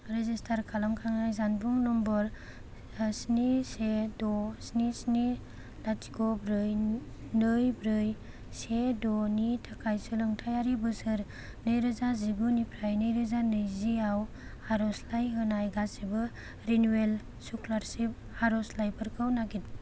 register खालामखानाय जानबुं number स्नि से द' स्नि स्नि लाथिख' ब्रै नै ब्रै से द'नि थाखाय सोलोंथायारि बोसोर नैरोजा जिगुनिफ्राय नैरोजा नैजिआव आर'जलाइ होनाय गासिबो रिनिउयेल स्कलारसिप आर'जलाइफोरखौ नागिर